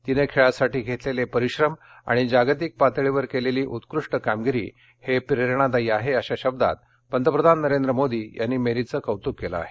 तीनं खेळासाठी षेतलेले परिश्रम आणि जागतिक पातळीवर केलेली उत्कृष्ठ कामगिरी हे प्रेरणादायी आहे अशा शब्दांत पंतप्रधान नरेंद्र मोदी यांनी मेरीचं कौतुक केलं आहे